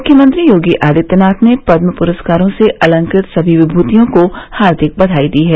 मुख्यमंत्री योगी आदित्यनाथ ने पद्म पुरस्कारो से अलंकृत सभी विभूतियों को हार्दिक बधाई दी है